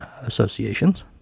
associations